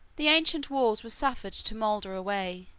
the ancient walls were suffered to moulder away,